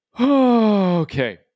Okay